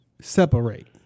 separate